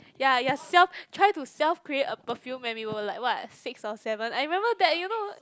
ya you are self trying to self create a perfume when we were like what six or seven I remember that you know